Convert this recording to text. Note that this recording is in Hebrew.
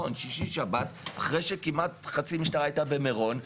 אחרי שכמעט חצי משטרה הייתה במירון,